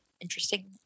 Interesting